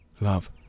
Love